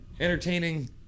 Entertaining